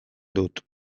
dut